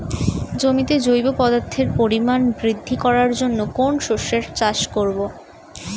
জমিতে জৈব পদার্থের পরিমাণ বৃদ্ধি করার জন্য কোন শস্যের চাষ করবো?